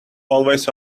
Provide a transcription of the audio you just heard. always